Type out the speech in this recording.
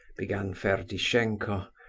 began ferdishenko,